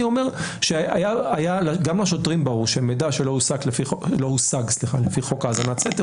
היה גם לשוטרים ברור שמידע לא הושג לפי חוק האזנת סתר,